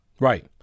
Right